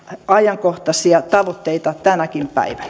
ajankohtaisia tavoitteita tänäkin päivänä